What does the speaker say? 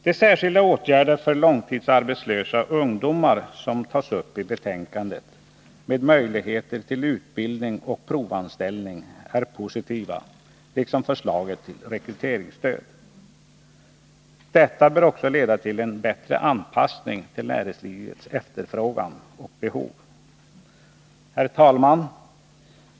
De särskilda åtgärder för långtidsarbetslösa ungdomar som tas upp i betänkandet med möjligheter till utbildning och provanställning är positiva, liksom förslaget till rekryteringsstöd. Detta bör också leda till en bättre anpassning till näringslivets efterfrågan och behov. Herr talman!